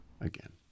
again